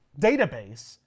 database